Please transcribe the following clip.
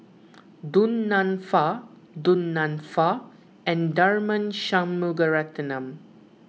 Du Nanfa Du Nanfa and Tharman Shanmugaratnam